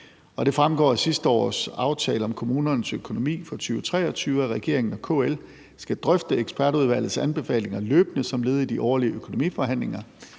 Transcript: Det fremgår af sidste års aftale om kommunernes økonomi for 2023, at regeringen og KL skal drøfte ekspertudvalgets anbefalinger løbende som led i de årlige økonomiforhandlinger.